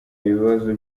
ibibazo